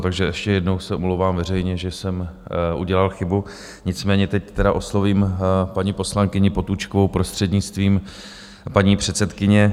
Takže ještě jednou se omlouvám veřejně, že jsem udělal chybu, nicméně teď tedy oslovím paní poslankyni Potůčkovou prostřednictvím paní předsedkyně.